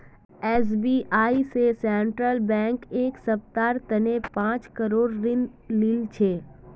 SBI स central bank एक सप्ताहर तने पांच करोड़ ऋण लिल छ